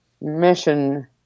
mission